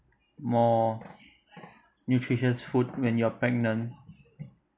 more nutritious food when you're pregnant